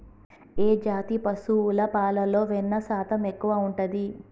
ఏ జాతి పశువుల పాలలో వెన్నె శాతం ఎక్కువ ఉంటది?